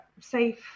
safe